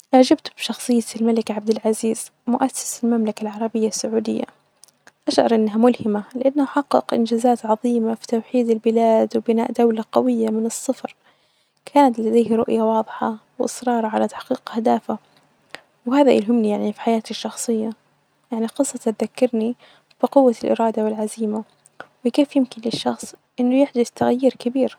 أشتغل في مجال التطوير المحتوي، وأهتم بكتابة وتصميم المواد التعليمية، وأستمتع يعني فيهم مرة، لأنه بيتيح لي أنه أبدع وأساعد الآخرين أنهم يتعلمون مهارات جديدة، كل يوم أتعلم أشياء جديدة وأحس إني أساهم في بناء معرفة الناس ،وهذا يشعرني ويحسسني بالسعادة والرظا.